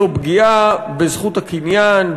זו פגיעה בזכות הקניין,